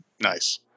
Nice